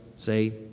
say